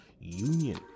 Union